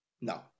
No